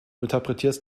interpretierst